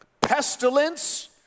pestilence